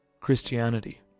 Christianity